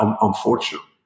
unfortunately